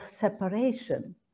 separation